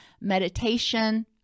meditation